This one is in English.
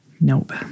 Nope